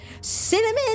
Cinnamon